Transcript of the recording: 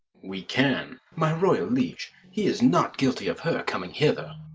we can my royal liege, he is not guilty of her coming hither.